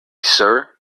sir